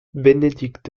benedict